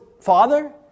father